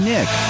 Nick